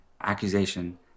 accusation